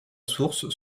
source